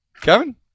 Kevin